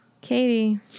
Katie